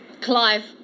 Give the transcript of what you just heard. Clive